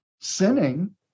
sinning